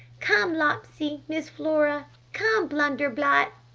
come, lopsy! miss flora! come, blunder-blot